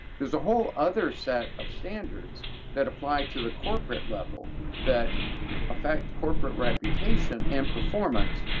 there's a whole other set of standards that apply to the corporate level that affect corporate reputation and performance,